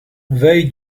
veille